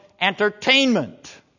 entertainment